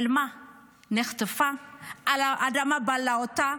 נחטפה, האדמה בלעה אותה,